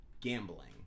gambling